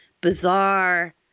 bizarre